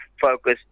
focus